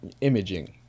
imaging